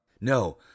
No